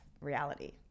reality